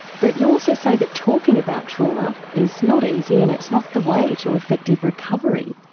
but you also say that talking about trauma is not easy and it's not the way to effective recovery.